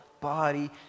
body